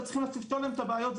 לא צריכים לפתור להם את הבעיות,